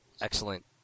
Excellent